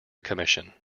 commission